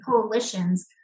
coalitions